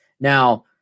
now